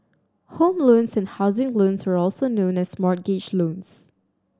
home loans and housing loans are also known as mortgage loans